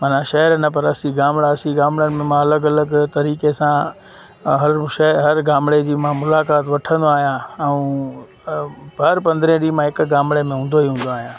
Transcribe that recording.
मन शहर न पर असी गामड़ा असी गामड़नि में मां अलॻि अलॻि तरीक़े सां हर उहो शहर हर गामड़े जी मां मुलाक़ात वठंदो आहियां ऐं हर पंदिरहें ॾींहं मां हिक गामड़े में हूंदो ई हूंदो आहियां